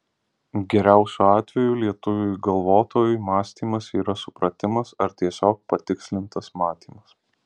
geriausiu atveju lietuviui galvotojui mąstymas yra supratimas ar tiesiog patikslintas matymas